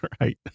Right